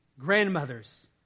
grandmothers